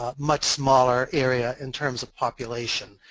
ah much smaller area in terms of population.